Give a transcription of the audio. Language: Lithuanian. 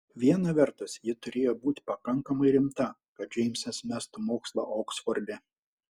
viena vertus ji turėjo būti pakankamai rimta kad džeimsas mestų mokslą oksforde